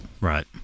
Right